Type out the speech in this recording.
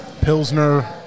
Pilsner